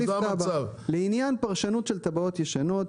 לעניין פרשנות של תב"עות ישנות,